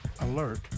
Alert